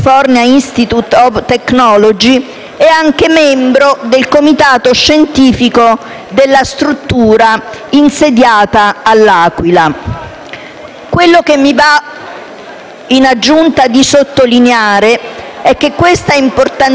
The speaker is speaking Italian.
è anche membro del comitato scientifico della struttura insediata a L'Aquila. Quello che mi va, in aggiunta, di sottolineare è che questa importantissima struttura di ricerca